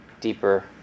deeper